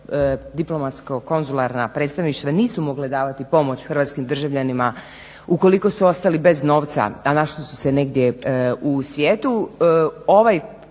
diplomatsko konzularna predstavništva nisu mogle davati pomoć hrvatskim državljanima ukoliko su ostali bez novca a našli su se negdje u svijetu